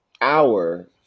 hour